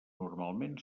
normalment